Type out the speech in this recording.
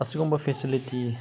ꯑꯁꯤꯒꯨꯝꯕ ꯐꯦꯁꯤꯂꯤꯇꯤ